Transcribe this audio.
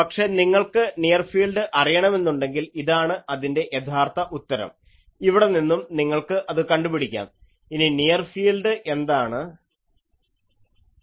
പക്ഷേ നിങ്ങൾക്ക് near field അറിയണമെന്നുണ്ടെങ്കിൽ ഇതാണ് അതിൻറെ യഥാർത്ഥ ഉത്തരം ഇവിടെ നിന്നും നിങ്ങൾക്ക് അതു കണ്ടുപിടിക്കാം